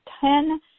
ten